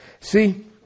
See